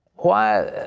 why